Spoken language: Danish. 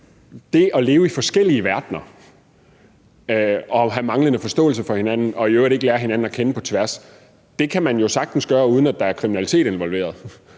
det at leve i forskellige verdener, have manglende forståelse for hinanden og i øvrigt ikke lære hinanden at kende på tværs er noget, man jo sagtens kan gøre, uden at der er kriminalitet involveret.